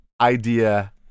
idea